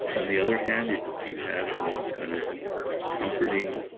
on the other hand if you had a more kind of comforting,